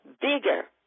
bigger